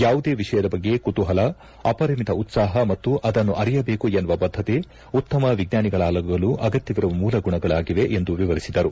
ಯಾವುದೇ ವಿಷಯದ ಬಗ್ಗೆ ಕುತೂಪಲ ಅಪರಿಮಿತ ಉತ್ಸಾಪ ಮತ್ತು ಅದನ್ನು ಅರಿಯಬೇಕು ಎನ್ನುವ ಬದ್ಧತೆ ಉತ್ತಮ ವಿಜ್ಞಾನಿಗಳಾಗಲು ಅಗತ್ಯವಿರುವ ಮೂಲ ಗುಣಗಳಾಗಿವೆ ಎಂದು ವಿವರಿಸಿದರು